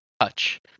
touch